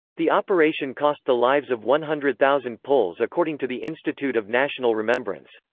the operation cost the lives of one hundred thousand poles according to the institute of national remembrance.